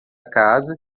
casa